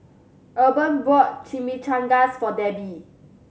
Urban bought Chimichangas for Debi